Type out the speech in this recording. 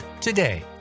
today